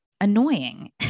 annoying